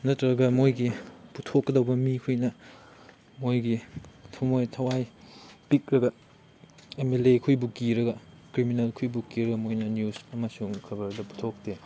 ꯅꯠꯇ꯭ꯔꯒ ꯃꯣꯏꯒꯤ ꯄꯨꯊꯣꯛꯀꯗꯧꯕ ꯃꯤꯈꯣꯏꯅ ꯃꯣꯏꯒꯤ ꯊꯃꯣꯏ ꯊꯋꯥꯏ ꯄꯤꯛꯂꯒ ꯑꯦꯝ ꯑꯦꯜ ꯑꯦꯈꯣꯏꯕꯨ ꯀꯤꯔꯒ ꯀ꯭ꯔꯤꯃꯤꯅꯦꯜꯈꯣꯏꯕꯨ ꯀꯤꯔꯒ ꯃꯣꯏꯅ ꯅ꯭ꯌꯨꯁ ꯑꯃꯁꯨꯡ ꯈꯕ꯭ꯔꯗ ꯄꯨꯊꯣꯛꯇꯦ